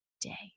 day